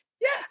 yes